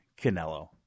Canelo